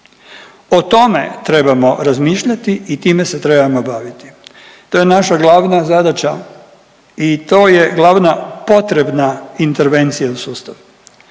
O tome trebamo razmišljati i time se trebamo baviti. To je naša glavna zadaća i to je glavna potrebna intervencija u sustavu.